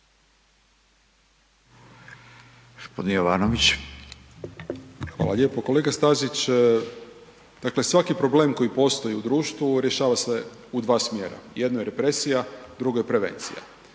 Hvala lijepo. Kolega Stazić, dakle svaki problem koji postoji u društvu rješava se u dva smjera, jedno je represija, drugo je prevencija.